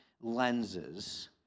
lenses